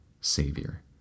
Savior